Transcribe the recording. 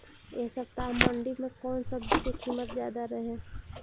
एह सप्ताह मंडी में कउन सब्जी के कीमत ज्यादा रहे?